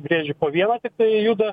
briedžiai po vieną tiktai juda